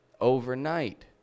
overnight